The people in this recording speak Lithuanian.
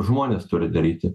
žmonės turi daryti